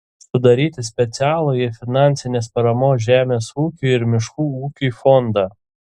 sudaryti specialųjį finansinės paramos žemės ūkiui ir miškų ūkiui fondą